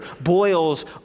boils